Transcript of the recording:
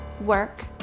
work